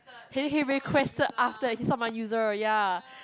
he he requested after he saw my user ya